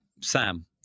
Sam